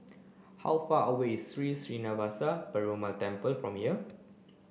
how far away is Sri Srinivasa Perumal Temple from here